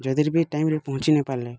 ଯଦି ବି ଟାଇମ୍ରେ ପହଞ୍ଚି ନାଇ ପାରିଲେ